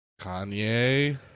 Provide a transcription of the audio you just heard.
Kanye